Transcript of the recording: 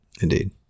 Indeed